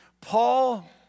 Paul